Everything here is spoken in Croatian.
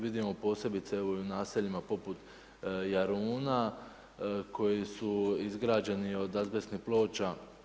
Vidimo posebice i u naseljima poput Jaruna koji su izgrađeni od azbestnih ploča.